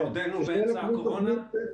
בעודנו באמצע הקורונה?